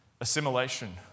Assimilation